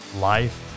life